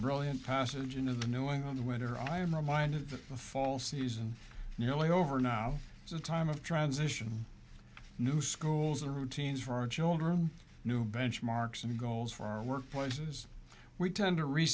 brilliant passage into the new england winter i am reminded that the fall season nearly over now is a time of transition new schools the routines for our children new benchmarks and goals for our work places we tend to